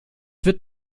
wird